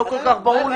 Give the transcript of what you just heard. לא כל כך ברור לי.